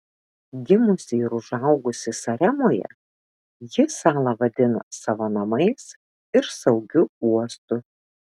gimusi ir užaugusi saremoje ji salą vadina savo namais ir saugiu uostu